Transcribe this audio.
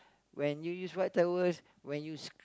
when you use white towels when you